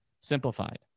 simplified